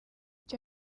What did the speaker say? icyo